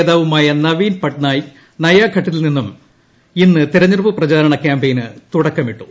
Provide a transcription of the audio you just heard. നേതാവുമായ നവീൻ പട്നായിക് നയാഘട്ടിൽ നിന്നും ഇന്ന് തിരഞ്ഞെടുപ്പ് പ്രചാരണ ക്യാമ്പയിന് തുടക്കമിട്ടു